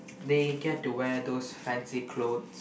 they get to wear those fancy clothes